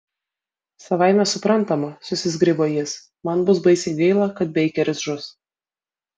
savaime suprantama susizgribo jis man bus baisiai gaila kad beikeris žus